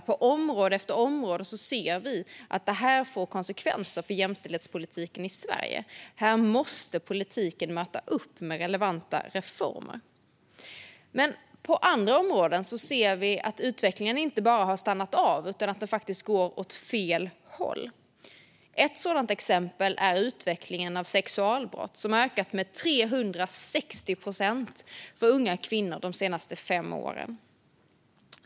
På område efter område ser vi att detta får konsekvenser för jämställdheten i Sverige, och här måste politiken möta upp med relevanta reformer. På andra områden ser vi att utvecklingen inte bara har stannat av utan faktiskt går åt fel håll. Ett exempel på det är att sexualbrott mot unga kvinnor har ökat med 360 procent de senaste fem åren.